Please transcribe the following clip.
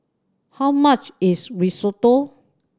how much is Risotto